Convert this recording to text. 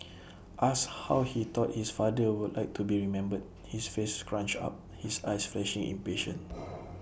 asked how he thought his father would like to be remembered his face scrunched up his eyes flashing impatient